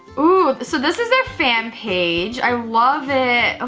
oh, so this is their fan page, i love it. ah